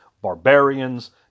barbarians